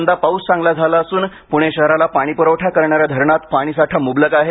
यंदा पाऊस चांगला झाला असून पुणे शहराला पाणीपुरवठा करणाऱ्या धरणात पाणी साठा मुबलक आहे